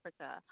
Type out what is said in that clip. Africa